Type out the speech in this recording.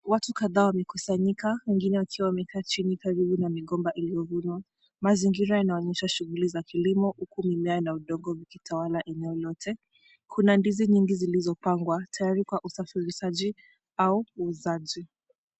Watu kadhaa wamekusanyika wengine wakiwa wamekaa chini karibu na migomba iliyovunwa. Mazingira yanaonyesha shughuli za kilimo huku mimea na udongo vikitawala eneo lote. Kuna ndizi nyingi zilizopangwa tayari kwa usafirishaji au uuzaji.